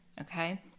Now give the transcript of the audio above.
Okay